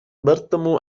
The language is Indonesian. bertemu